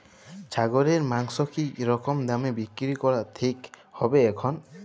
ছাগলের মাংস কী রকম দামে বিক্রি করা ঠিক হবে এখন?